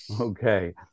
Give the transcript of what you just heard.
Okay